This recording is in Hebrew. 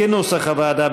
כנוסח הוועדה,